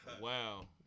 Wow